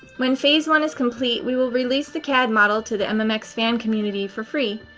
when phase one is complete we will release the cad model to the mmx fan community for free,